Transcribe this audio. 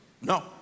No